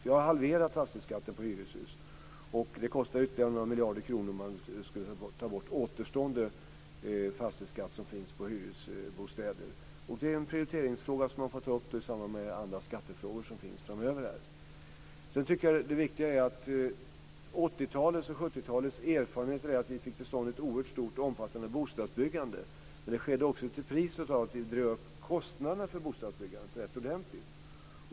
Vi har halverat fastighetsskatten på hyreshus. Det kostar ytterligare några miljarder kronor om man skulle ta bort den återstående fastighetsskatten på hyresbostäder. Det är en prioriteringsfråga som man får ta upp i samband med andra skattefrågor framöver. Erfarenheterna från 70 och 80-talen är att vi fick till stånd ett oerhört omfattande bostadsbyggande. Det skedde också till priset av att kostnaderna för bostadsbyggande drevs upp ordentligt.